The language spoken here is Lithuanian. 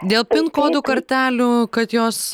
dėl kodų kortelių kad jos